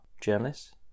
journalists